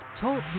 talk